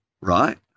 Right